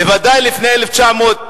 בוודאי לפני 1990,